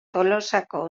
tolosako